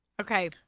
okay